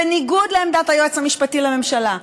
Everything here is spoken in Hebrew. בניגוד לעמדת היועץ המשפטי לממשלה,